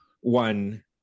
One